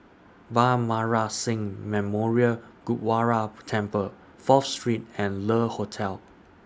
Bhai Maharaj Singh Memorial Gurdwara Temple Fourth Street and Le Hotel